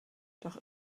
doch